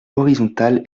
horizontale